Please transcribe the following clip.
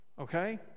okay